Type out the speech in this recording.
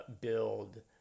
build